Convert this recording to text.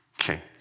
Okay